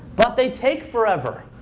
but they take forever,